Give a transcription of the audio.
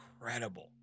incredible